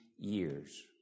years